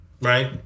right